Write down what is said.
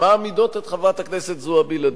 קראת קריאות ביניים,